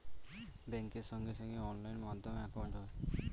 ব্যাঙ্কের সঙ্গে সঙ্গে অনলাইন মাধ্যমে একাউন্ট হয়